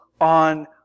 on